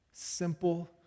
Simple